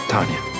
Tanya